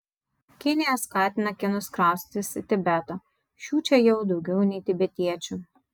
kinija skatina kinus kraustytis į tibetą šių čia jau daugiau nei tibetiečių